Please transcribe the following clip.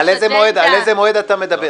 על איזה מועד אתה מדבר?